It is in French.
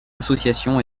associations